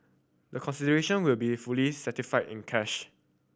the consideration will be fully satisfied in cash